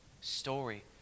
story